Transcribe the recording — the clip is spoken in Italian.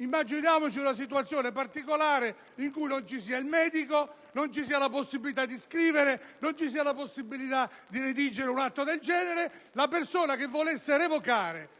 Immaginiamoci una situazione particolare in cui non ci sia il medico, non ci sia la possibilità di scrivere o non ci sia la possibilità di redigere un atto del genere. Una persona che volesse revocare